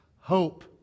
hope